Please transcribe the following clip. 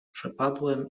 przepadłem